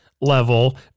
level